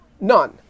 none